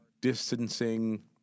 distancing